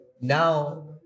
now